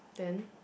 then